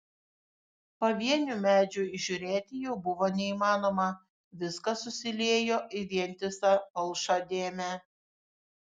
pavienių medžių įžiūrėti jau buvo neįmanoma viskas susiliejo į vientisą palšą dėmę